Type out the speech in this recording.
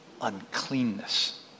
uncleanness